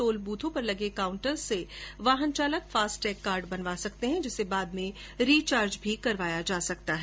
toll बूथों पर लगे काउन्टर से वाहन चालक फास्ट टेग कार्ड बनवा सकते हैं जिसे बाद में रि चार्ज भी करवाया जा सकता है